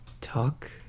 Talk